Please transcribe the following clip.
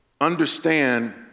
understand